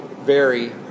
vary